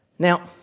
Now